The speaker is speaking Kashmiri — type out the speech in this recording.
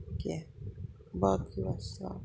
کینٛہہ باقی وَسلام